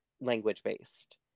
language-based